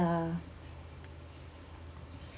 ya